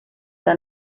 der